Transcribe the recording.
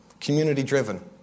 Community-driven